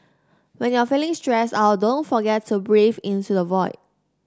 when you are feeling stressed out don't forget to breathe into the void